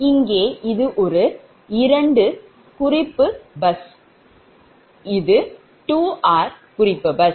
இங்கே இது ஒரு 2 குறிப்பு பஸ் இது 2r குறிப்பு பஸ்